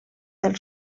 del